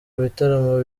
bitaramo